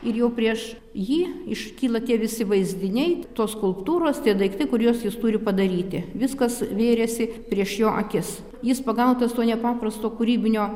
ir jau prieš jį iškyla tie visi vaizdiniai tos skulptūros tie daiktai kuriuos jis turi padaryti viskas vėrėsi prieš jo akis jis pagautas to nepaprasto kūrybinio